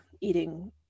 eating